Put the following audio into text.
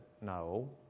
no